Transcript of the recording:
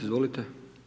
Izvolite.